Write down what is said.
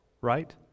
right